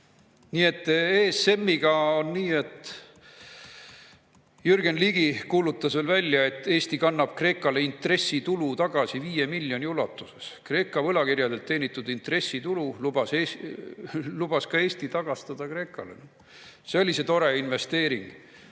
et ESM-iga on nii, et Jürgen Ligi kuulutas veel välja, et Eesti kannab Kreekale intressitulu tagasi viie miljoni ulatuses. Kreeka võlakirjadelt teenitud intressitulu lubas ka Eesti tagastada Kreekale. See oli see tore investeering.